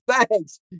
Thanks